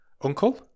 uncle